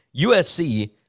USC